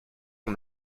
mon